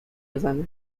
بزنه